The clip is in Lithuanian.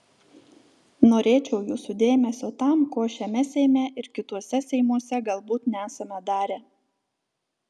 norėčiau jūsų dėmesio tam ko šiame seime ir kituose seimuose galbūt nesame darę